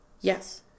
Yes